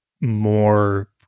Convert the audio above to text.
more